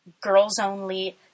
girls-only